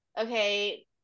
okay